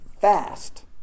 fast